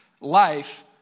life